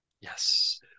Yes